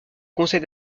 conseil